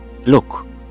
Look